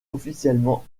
officiellement